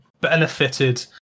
benefited